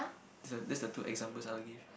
that's the two examples I will give